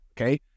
okay